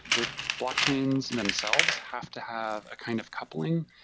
the blockchains themselves have to have a kind of coupling,